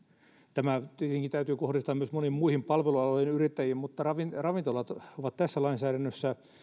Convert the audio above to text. tämä tietenkin täytyy kohdistaa myös moniin muihin palvelualojen yrittäjiin mutta ravintolat ovat ovat tässä lainsäädännössä